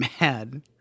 mad